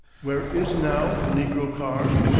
where is now the negro car?